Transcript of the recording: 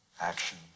Action